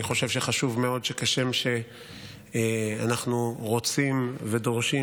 אני חושב שחשוב מאוד שכשם שאנחנו רוצים ודורשים